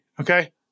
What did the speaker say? Okay